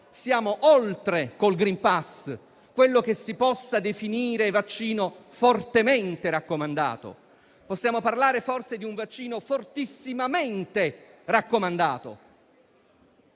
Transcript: siamo oltre a quello che si possa definire vaccino fortemente raccomandato. Possiamo parlare, forse, di un vaccino fortissimamente raccomandato.